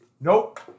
Nope